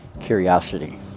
curiosity